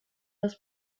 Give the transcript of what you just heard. das